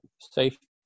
safety